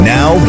Now